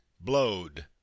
blowed